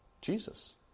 Jesus